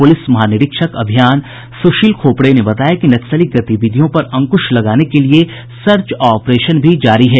police महानिरीक्षक अभियान सुशील खोपड़े ने कहा है कि नक्सली गतिविधियों पर अंकुश लगाने के लिए सर्च ऑपरेशन भी जारी है